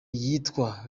yitwa